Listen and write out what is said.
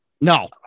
No